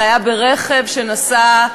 זה היה ברכב שנסע.